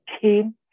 came